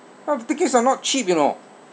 !wah! the tickets are not cheap you know